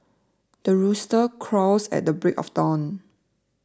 the rooster crows at the break of dawn